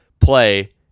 play